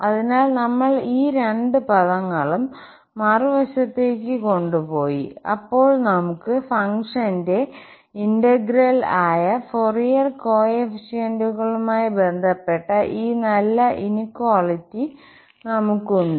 അതിനാൽ നമ്മൾ ഈ രണ്ട് പദങ്ങളും മറുവശത്തേക്ക് കൊണ്ടുപോയി അപ്പോൾ നമുക് ഫംഗ്ഷന്റെ ഇന്റഗ്രേൽ ആയ ഫൊറിയർ കോഎഫിഷ്യന്റുകളുമായി ബന്ധപ്പെട്ട ഈ നല്ല ഇനിക്വാലിറ്റി നമുക്കുണ്ട്